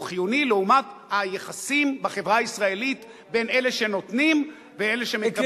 הוא חיוני לעומת היחסים בחברה הישראלית בין אלה שנותנים ואלה שמקבלים.